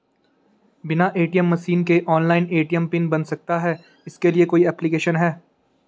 बिना ATM machine के online ATM PIN बन सकता है इसके लिए कोई ऐप्लिकेशन है?